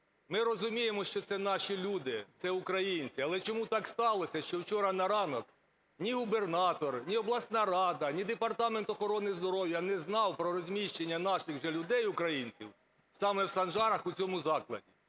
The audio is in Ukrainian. Ми розуміємо, що це наші люди, це українці. Але чому так сталося, що вчора на ранок ні губернатор, ні обласна рада, ні Департамент охорони здоров'я не знав про розміщення наших же людей, українців, саме в Санжарах в цьому закладі?